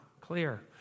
clear